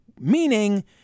meaning